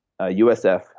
USF